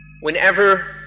Whenever